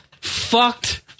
fucked